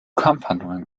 kampfhandlungen